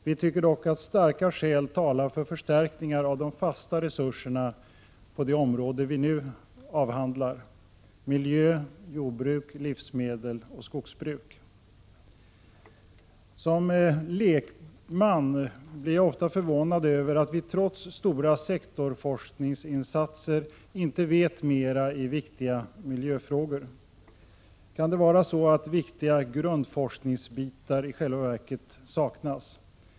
Vi tycker dock att starka skäl talar för förstärkningar av de fasta resurserna på de områden vi nu avhandlar: miljö, jordbruk, livsmedel och skogsbruk. Som lekman blir jag ofta förvånad över att vi trots stora sektorsforskningsinsatser inte vet mera i viktiga miljöfrågor. Kan det vara så att viktiga grundforskningsbitar i själva verket saknas?